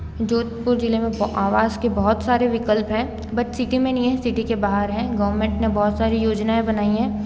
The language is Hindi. जोधपुर ज़िले में आवास के बहुत सारे विकल्प हैं बट सिटी में नहीं हैं सिटी के बाहर हैं गवर्मेंट ने बहुत सारी योजनाएं बनाई हैं